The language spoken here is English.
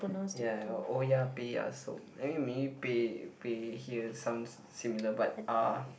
ya oya-beh-ya-som okay maybe beh beh here sounds similar but ah